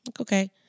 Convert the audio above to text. Okay